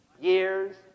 years